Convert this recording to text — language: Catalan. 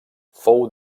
fou